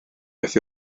beth